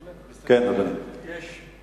אדוני, בבקשה.